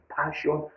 passion